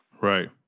Right